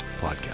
podcast